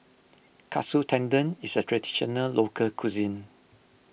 Katsu Tendon is a Traditional Local Cuisine